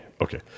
okay